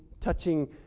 touching